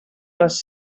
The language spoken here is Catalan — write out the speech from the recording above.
les